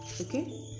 okay